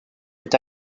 est